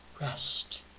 rest